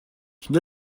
une